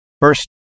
first